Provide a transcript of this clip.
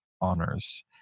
honors